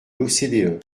l’ocde